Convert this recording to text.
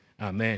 amen